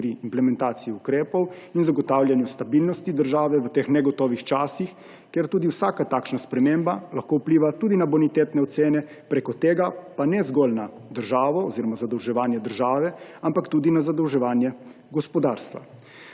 pri implementaciji ukrepov in zagotavljanju stabilnosti države v teh negotovih časih, kjer tudi vsaka takšna sprememba lahko vpliva tudi na bonitetne ocene, prek tega pa ne zgolj na državo oziroma zadolževanje države, ampak tudi na zadolževanje gospodarstva.